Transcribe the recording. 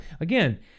again